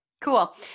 cool